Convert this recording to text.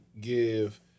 give